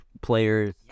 players